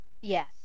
yes